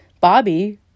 Bobby